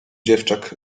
dziewczak